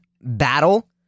battle